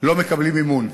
לא מקבלים מימון.